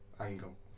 Angle